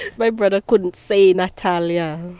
my brother couldn't say natalia,